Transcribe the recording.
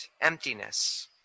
emptiness